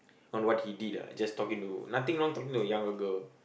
on what he did ah just talking to nothing wrong talking to a younger girl